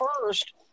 first